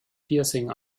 piercing